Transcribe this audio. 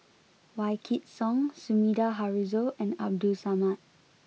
Wykidd Song Sumida Haruzo and Abdul Samad